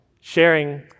sharing